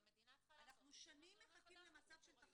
והמדינה צריכה לעשות את זה -- אנחנו שנים מחכים למצב של תחרות.